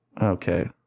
Okay